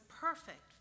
perfect